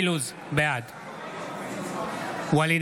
בעד ואליד